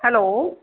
hello